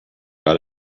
got